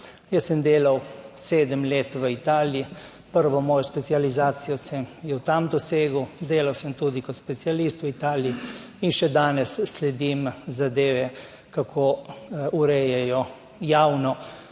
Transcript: Jaz sem delal sedem let v Italiji. Prvo mojo specializacijo, sem jo tam dosegel, delal sem tudi kot specialist v Italiji in še danes sledim zadeve kako urejajo javno